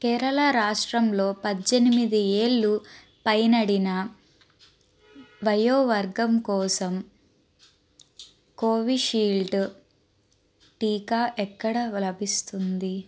కేరళ రాష్ట్రంలో పద్దెనిమిది ఏళ్ళు పైనడిన వయో వర్గం కోసం కోవిషీల్డ్ టీకా ఎక్కడ లభిస్తుంది